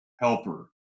helper